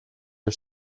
are